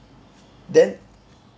then